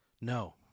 No